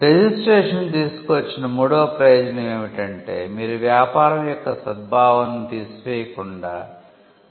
registration తీసుకువచ్చిన మూడవ ప్రయోజనం ఏమిటంటే మీరు వ్యాపారం యొక్క సద్భావనను తీసి వేయకుండా ట్రేడ్మార్క్లను కేటాయించవచ్చు